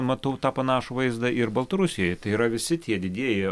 matau tą panašų vaizdą ir baltarusijoj tai yra visi tie didieji